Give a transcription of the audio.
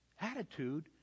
attitude